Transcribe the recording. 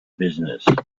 businesses